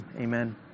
Amen